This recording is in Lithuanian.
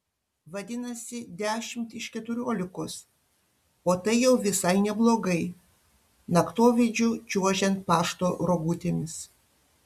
vadinasi dešimt iš keturiolikos o tai jau visai neblogai naktovidžiu čiuožiant pašto rogutėmis